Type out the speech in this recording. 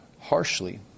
harshly